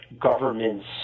governments